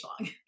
long